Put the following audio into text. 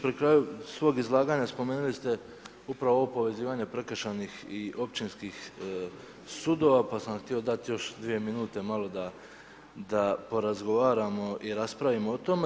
Pri kraju svog izlaganja spomenuli ste upravo ovo povezivanje prekršajnih i općinskih sudova, pa sam vam htio dati još dvije minute malo da porazgovaramo i raspravimo o tome.